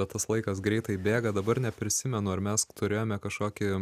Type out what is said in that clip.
bet tas laikas greitai bėga dabar neprisimenu ar mes turėjome kažkokį